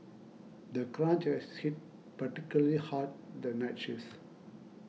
the crunch has hit particularly hard the night shifts